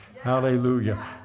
hallelujah